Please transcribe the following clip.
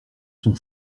sont